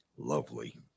Lovely